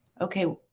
Okay